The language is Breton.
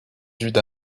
dud